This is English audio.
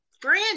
Brand